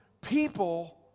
people